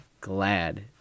glad